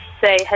say